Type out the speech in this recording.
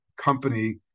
company